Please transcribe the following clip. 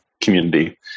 community